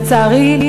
שלצערי,